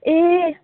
ए